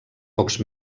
pocs